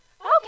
okay